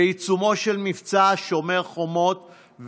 בעיצומו של מבצע שומר החומות,